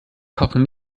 kochen